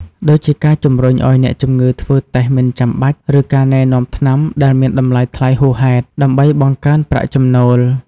ដូចជាការជំរុញឱ្យអ្នកជំងឺធ្វើតេស្តមិនចាំបាច់ ឬការណែនាំថ្នាំដែលមានតម្លៃថ្លៃហួសហេតុ ដើម្បីបង្កើនប្រាក់ចំណូល។